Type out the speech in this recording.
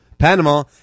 Panama